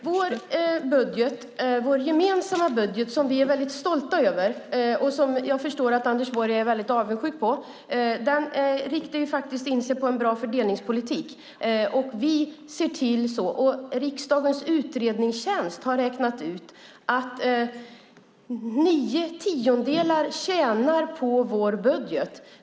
Fru talman! Vår gemensamma budget, som vi är väldigt stolta över och som jag förstår att Anders Borg är avundsjuk på, riktar in sig på en bra fördelningspolitik. Riksdagens utredningstjänst har räknat ut att nio tiondelar tjänar på vår budget.